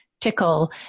tickle